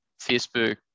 Facebook